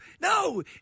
No